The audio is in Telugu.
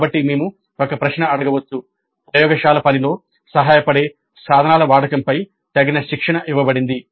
కాబట్టి మేము ఒక ప్రశ్న అడగవచ్చు "ప్రయోగశాల పనిలో సహాయపడే సాధనాల వాడకంపై తగిన శిక్షణ ఇవ్వబడింది